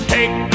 Take